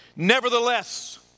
Nevertheless